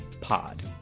pod